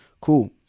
Cool